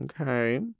okay